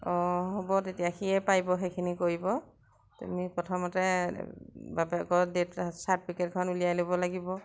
অঁ হ'ব তেতিয়া সিয়ে পাৰিব সেইখিনি কৰিব তুমি প্ৰথমতে বাপেকৰ ডেঠ চাৰ্টিফিকেটখন উলিয়াই ল'ব লাগিব